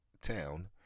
town